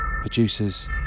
producers